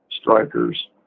strikers